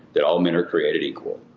that all men are created equal.